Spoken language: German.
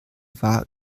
war